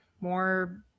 more